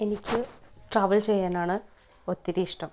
എനിക്ക് ട്രാവൽ ചെയ്യാനാണ് ഒത്തിരി ഇഷ്ടം